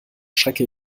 schrecke